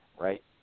right